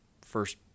first